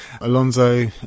Alonso